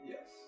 Yes